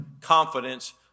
confidence